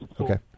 Okay